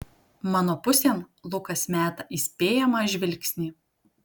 mano pusėn lukas meta įspėjamą žvilgsnį